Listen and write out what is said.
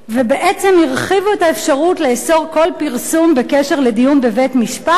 ובעצם הרחיבו את האפשרות לאסור כל פרסום בקשר לדיון בבית-משפט.